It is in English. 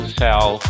sell